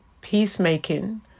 peacemaking